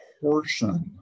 portion